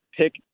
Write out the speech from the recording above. pick